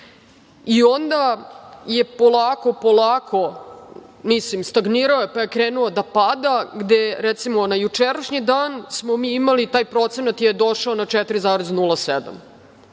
Onda je polako, polako, mislim stagnirao je, pa je krenuo da pada gde, recimo, na jučerašnji dan smo mi imali, taj procenat je došao na 4,07%.Dakle,